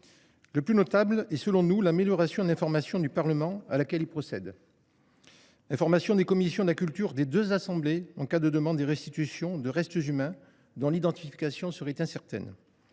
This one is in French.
Le plus notable est, selon nous, l’amélioration de l’information du Parlement à laquelle il procède, qu’il s’agisse de l’information des commissions de la culture des deux assemblées en cas de demande de restitutions de restes humains dont l’identification serait incertaine